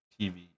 TV